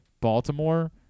Baltimore